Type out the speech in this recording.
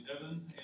heaven